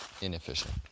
inefficient